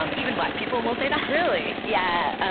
um even black people will say that really? yeah,